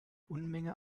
unmenge